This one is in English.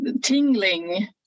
tingling